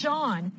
John